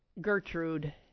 Gertrude